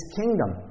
kingdom